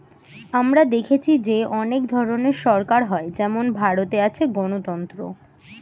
আমরা দেখেছি যে অনেক ধরনের সরকার হয় যেমন ভারতে আছে গণতন্ত্র